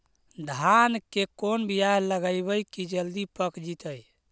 धान के कोन बियाह लगइबै की जल्दी पक जितै?